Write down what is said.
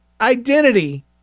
identity